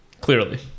clearly